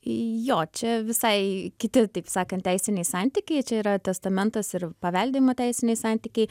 jo čia visai kiti taip sakant teisiniai santykiai čia yra testamentas ir paveldėjimo teisiniai santykiai